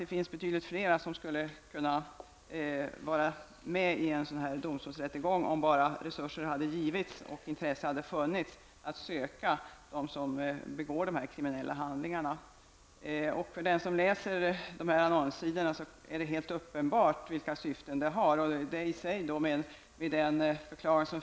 Det finns betydligt fler som skulle kunna ställas inför domstol, om bara resurser hade givits att söka dem som begår dessa kriminella handlingar. För den som läser annonser av den här typen är det helt uppenbart vilka syften annonsörerna har.